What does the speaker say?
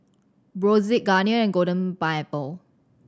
Brotzeit Garnier and Golden Pineapple